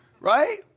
right